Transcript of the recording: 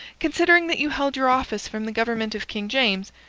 considering that you held your office from the government of king james,